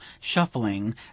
shuffling